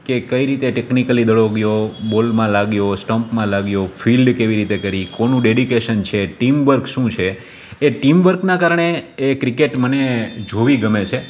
કે કઈ રીતે ટેક્નિકલી દડો ગ્યો બોલમાં લાગ્યો સ્ટંપમાં લાગ્યો ફિલ્ડ કેવી રીતે કરી કોની ડેડીકેશન છે ટીમ વર્ક શું છે એ ટીમ વર્કના કારણે એ ક્રિકેટ મને જોવી ગમે છે